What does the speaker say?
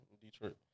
Detroit